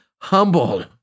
humble